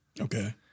Okay